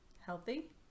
healthy